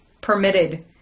permitted